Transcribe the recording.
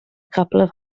couple